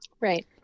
Right